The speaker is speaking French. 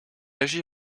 agit